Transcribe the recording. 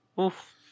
Oof